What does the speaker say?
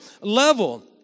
level